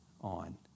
on